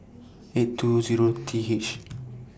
eight two Zero T H